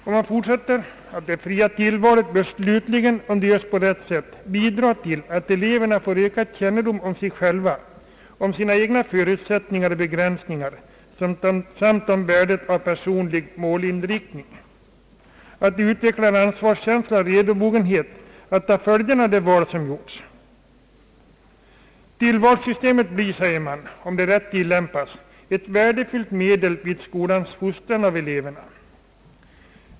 Det heter i planen: »Det fria tillvalet bör slutligen, om det görs på rätt sätt, bidra till att eleverna får ökad kännedom om sig själva, om sina egna förutsättningar och begränsningar samt om värdet av personlig målinriktning, Det bör också bidra till att utveckla en ansvarskänsla och redobogenhet att ta följderna av det val som gjorts.» Tillvalssystemet blir om det rätt tillämpas, säger man, ett värdefullt medel vid skolans fostran av eleverna.